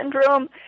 syndrome